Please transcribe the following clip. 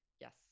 Yes